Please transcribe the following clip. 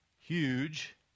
huge